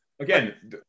again